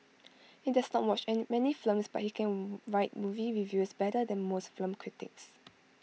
he does not watch any many films but he can write movie reviews better than most film critics